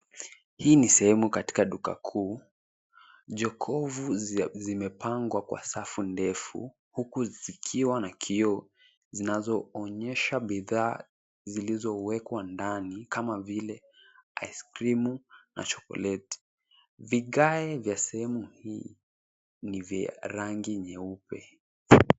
Hii ni sehemu katika duka kuu, jokovu zimepangwa kwa safu ndefu. Huku zikiwa na kioo zinazo onyesha bidhaa zilizowekwa ndani kama vile ice cream na chokoleti. Vigae vya sehemu hii ni vya rangi nyeupe.